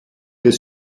des